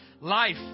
Life